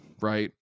right